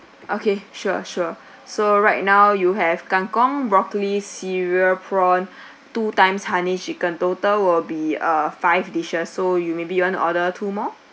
okay sure sure so right now you have kangkong broccoli cereal prawn two times honey chicken total will be uh five dishes so you maybe you one order two more